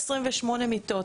128 מיטות.